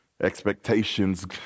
expectations